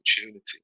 opportunity